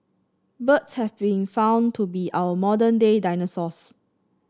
birds have been found to be our modern day dinosaurs